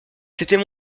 c’était